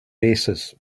oasis